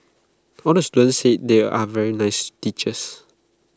all the students said they are very nice teachers